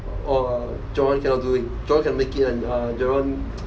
or jeron cannot do it jeron cannot make it one err jeron